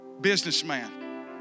businessman